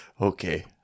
Okay